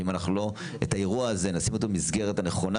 ואם אנחנו לא נשים את האירוע הזה במסגרת האחרונה,